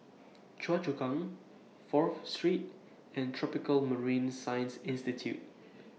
Choa Chu Kang Fourth Street and Tropical Marine Science Institute